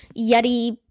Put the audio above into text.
yeti